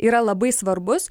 yra labai svarbus